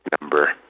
number